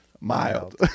mild